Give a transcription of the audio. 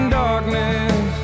darkness